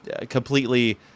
completely